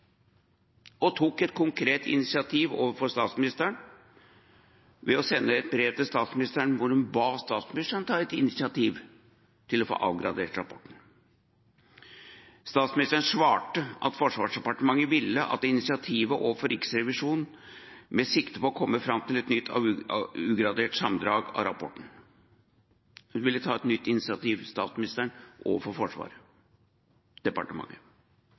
og tok et konkret initiativ overfor statsministeren ved å sende et brev til statsministeren hvor man ba statsministeren ta et initiativ til å få avgradert rapporten. Statsministeren svarte at Forsvarsdepartementet ville ta et initiativ overfor Riksrevisjonen med sikte på å komme fram til et nytt ugradert sammendrag av rapporten. Statsministeren ville ta et nytt initiativ overfor Forsvarsdepartementet. Riksrevisjonen på sin side ga i brev til presidentskapet uttrykk for